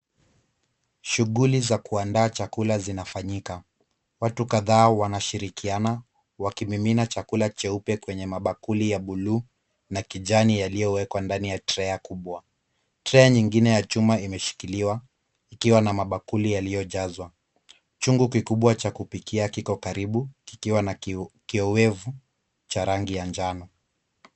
Shughuli za kuandaa chakula zinafanyika. Watu kadhaa wanashirikiana wakimimina chakula cheupe kwenye mabakuli ya blue na kijani yaliyowekwa ndani ya treya kubwa. Tray nyingine ya chuma imeshikiliwa ikiwa na mabakuli yaliyojazwa. Chungu kikubwa cha kupikia kiko karibu kikiwa na kioevu cha rangi ya njano.